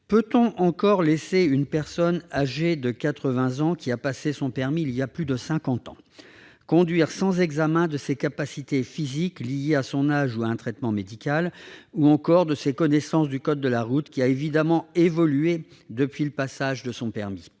Peut-on encore laisser une personne âgée de 80 ans, qui a passé son permis plus de cinquante ans auparavant, conduire sans un examen de ses capacités physiques liées à son âge ou à un traitement médical ou encore de ses connaissances du code de la route, qui a évidemment évolué depuis le passage de son permis ?